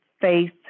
faith